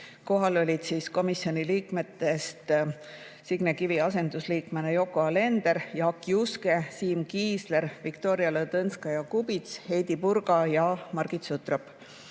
Kohal olid komisjoni liikmetest Signe Kivi asendusliikmena Yoko Alender, Jaak Juske, Siim Kiisler, Viktoria Ladõnskaja-Kubits, Heidy Purga ja Margit Sutrop.